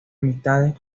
amistad